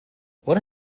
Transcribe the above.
what